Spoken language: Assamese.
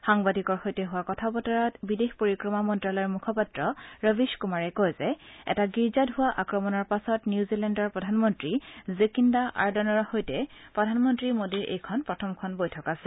সাংবাদিকৰ সৈতে হোৱা কথা বতৰাত বিদেশ পৰিক্ৰমা মন্তালয়ৰ মুখপাত্ৰ ৰবীশ কৃমাৰে কয় যে এটা গীৰ্জাত হোৱা আক্ৰমণৰ পাছত নিউজিলেণ্ডৰ প্ৰধানমন্ত্ৰী জেকিন্দা আৰ্দনৰ সৈতে প্ৰধানমন্ত্ৰী মোদীৰ এইখন প্ৰথমখন বৈঠক আছিল